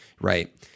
right